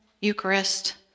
Eucharist